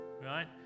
right